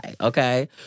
Okay